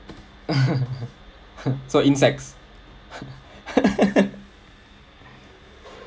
(uh huh) so insects